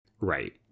Right